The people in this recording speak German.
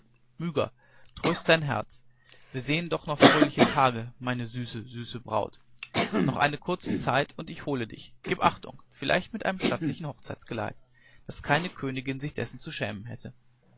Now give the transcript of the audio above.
tröst dein herz wir sehen doch noch fröhliche tage meine süße süße braut noch eine kurze zeit und ich hole dich gib achtung vielleicht mit einem stattlichen hochzeitsgeleit daß keine königin sich dessen zu schämen hätte